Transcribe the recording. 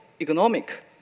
economic